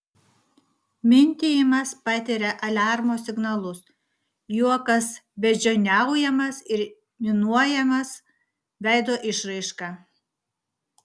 mintijimas patiria aliarmo signalus juokas beždžioniaujamas ir minuojamas veido išraiška